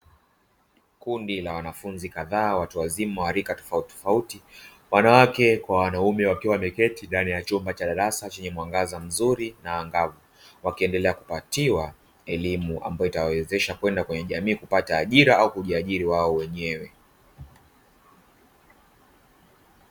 Kundi la wanafunzi kadhaa watu wazima wa rika tofautitofauti wanawake kwa wanaume, wakiwa wameketi ndani ya chumba cha darasa chenye mwangaza mzuri na angavu. Wakiendelea kupatiwa elimu ambayo itawawezesha kwenda kwenye jamii kupata ajira au kujiajiri wao wenyewe.